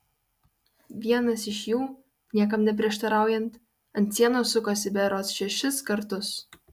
vienas iš jų niekam neprieštaraujant ant sienos sukosi berods šešis kartus